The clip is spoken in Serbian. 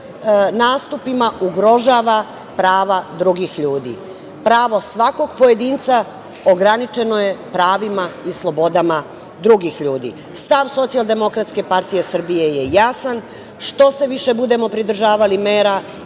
nastupima ugrožava prava drugih ljudi. Pravo svakog pojedinca ograničeno je pravima i slobodama drugih ljudi. Stav SDPS je jasan, što se više budemo pridržavali mera